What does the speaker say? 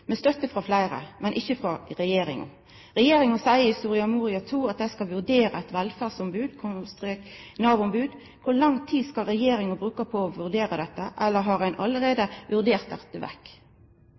støtte frå fleire, men ikkje frå regjeringa. Regjeringa seier i Soria Moria II-erklæringa at dei skal vurdera eit velferdsombod/Nav-ombod. Kor lang tid skal regjeringa bruka på å vurdera dette?